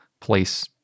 place